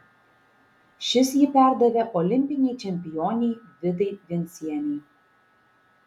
šis jį perdavė olimpinei čempionei vidai vencienei